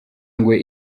ngwe